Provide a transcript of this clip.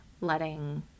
letting